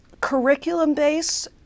curriculum-based